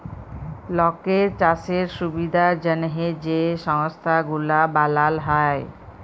লকের চাষের সুবিধার জ্যনহে যে সংস্থা গুলা বালাল হ্যয়